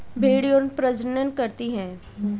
भेड़ यौन प्रजनन करती है